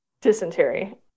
dysentery